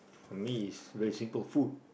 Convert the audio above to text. for me is very simple food